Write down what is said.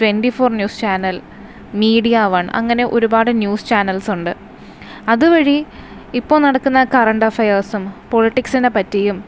twenty four news channel media one അങ്ങനെ ഒരുപാട് news channels ഉണ്ട് അതുവഴി ഇപ്പോൾ നടക്കുന്ന കറണ്ടഫെയെഴ്സും പൊളിറ്റിക്സിനെ പറ്റിയും